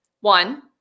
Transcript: one